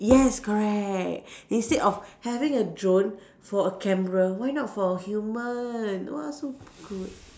yes correct instead of having a drone for a camera why not for a human !wah! so good